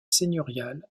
seigneurial